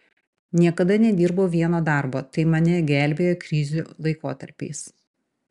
niekada nedirbau vieno darbo tai mane gelbėjo krizių laikotarpiais